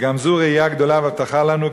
וגם זו ראייה גדולה והבטחה לנו,